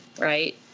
Right